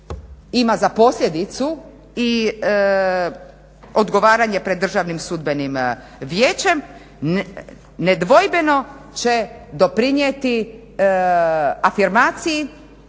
ima za posljedicu i odgovaranje pred državnim sudbenim vijećem. Nedvojbeno će doprinijeti afirmaciji,